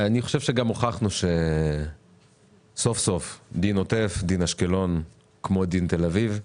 אני חושב שגם הוכחנו שסוף סוף דין עוטף ודין אשקלון כדין תל אביב.